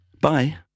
Bye